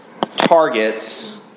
targets